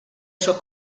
sua